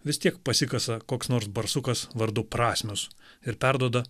vis tiek pasikasa koks nors barsukas vardu prasmius ir perduoda